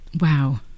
Wow